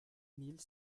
mille